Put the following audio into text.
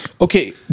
Okay